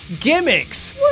Gimmicks